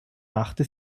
machte